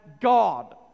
God